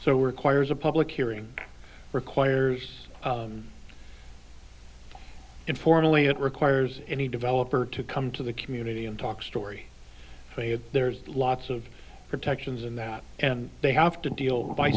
so requires a public hearing requires informally it requires any developer to come to the community and talk story there's lots of protections in that and they have to deal by